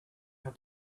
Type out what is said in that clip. how